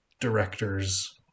directors